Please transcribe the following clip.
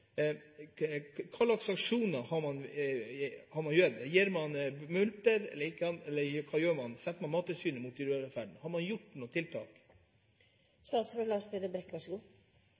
Hva slags sanksjoner har man gjennomført? Gir man mulkt, eller ikke? Hva gjør man? Setter man Mattilsynet inn mot dyrevelferden? Har man gjort noen tiltak? Selvsagt er det slik at man gjør noe